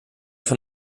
von